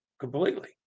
completely